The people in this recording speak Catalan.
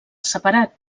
separat